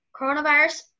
Coronavirus